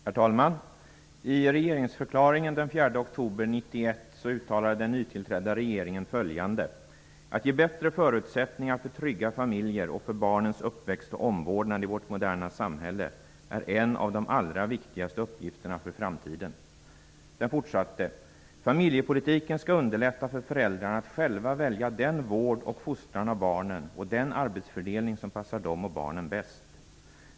Herr talman! I regeringsförklaringen den 4 oktober 1991 uttalade den nytillträdda regeringen följande: ''Att ge bättre förutsättningar för trygga familjer och för barnens uppväxt och omvårdnad i vårt moderna samhälle är en av de allra viktigaste uppgifterna för framtiden.'' Den fortsatte: ''Familjepolitiken skall underlätta för föräldrarna att själva välja den vård och fostran av barnen och den arbetsfördelning som passar dem och barnen bäst.